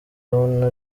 abona